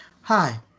Hi